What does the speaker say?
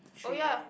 oh ya